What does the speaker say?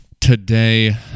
today